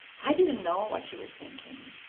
i didn't know what she was thinking.